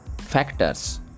factors